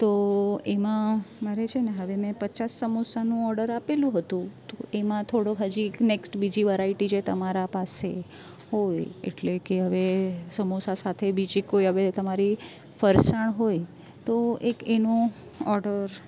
તો એમાં મારે છે ને હવે મેં પચાસ સમોસાનો ઓડર આપેલું હતું તો એમાં થોડોક હજી નેક્સ્ટ બીજી વેરાઇટી જે તમારા પાસે હોય એટલે કે હવે સમોસા સાથે બીજી કોઈ હવે તમારી ફરસાણ હોય તો એક એનું ઓડર